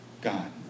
God